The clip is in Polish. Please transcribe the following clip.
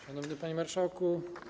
Szanowny Panie Marszałku!